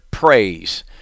praise